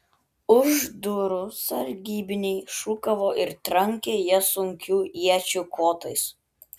už durų sargybiniai šūkavo ir trankė jas sunkių iečių kotais